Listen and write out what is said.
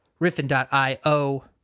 riffin.io